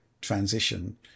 transition